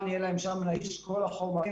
יהיה להם שם את כל החומרים,